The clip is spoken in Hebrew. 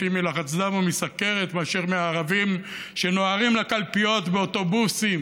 מתים מלחץ דם או מסוכרת מאשר מהערבים שנוהרים לקלפיות באוטובוסים,